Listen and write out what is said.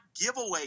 giveaway